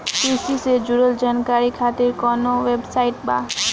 कृषि से जुड़ल जानकारी खातिर कोवन वेबसाइट बा?